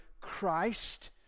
Christ